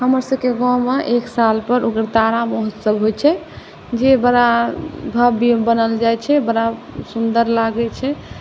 हमरसभके गाँवमे एक साल पर उग्रतारा महोत्सव होइत छै जे बड़ा भव्य मानल जाइत छै बड़ा सुन्दर लागैत छै